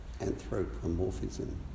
anthropomorphism